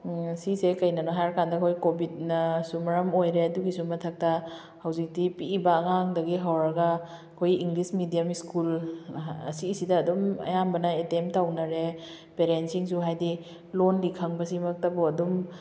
ꯑꯁꯤꯁꯦ ꯀꯩꯅꯅꯣ ꯍꯥꯏꯔꯀꯥꯟꯗ ꯍꯣꯏ ꯀꯣꯚꯤꯠꯅꯁꯨ ꯃꯔꯝ ꯑꯣꯏꯔꯦ ꯑꯗꯨꯒꯤꯁꯨ ꯃꯊꯛꯇ ꯍꯧꯖꯤꯛꯇꯤ ꯄꯤꯛꯏꯕ ꯑꯉꯥꯡꯗꯒꯤ ꯍꯧꯔꯒ ꯑꯩꯈꯣꯏ ꯏꯪꯂꯤꯁ ꯃꯦꯗꯤꯌꯝ ꯁ꯭ꯀꯨꯜ ꯑꯁꯤꯁꯤꯗ ꯑꯗꯨꯝ ꯑꯌꯥꯝꯕꯅ ꯑꯦꯠꯇꯦꯝ ꯇꯧꯅꯔꯦ ꯄꯦꯔꯦꯟꯁꯁꯤꯡꯁꯨ ꯍꯥꯏꯗꯤ ꯂꯣꯟꯂꯤ ꯈꯪꯕꯁꯤꯃꯛꯇꯕꯨ ꯑꯗꯨꯝ